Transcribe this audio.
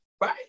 right